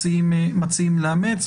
מציעים לאמץ.